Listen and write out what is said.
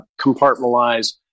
compartmentalize